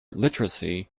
literacy